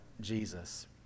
Jesus